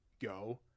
go